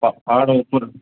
ପା ପାହାଡ଼ ଉପରେ